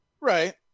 Right